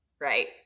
right